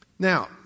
Now